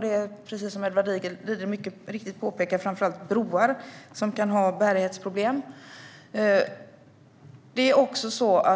Det är precis som Edward Riedl mycket riktigt påpekar framför allt broar som kan ha bärighetsproblem.